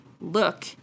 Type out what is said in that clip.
look